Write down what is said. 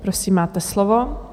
Prosím, máte slovo.